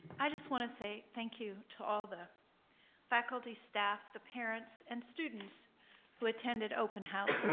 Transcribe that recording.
i just want to say thank you to all the faculty, staff, the parents, and students who attended open house.